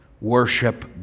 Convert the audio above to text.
Worship